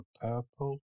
purple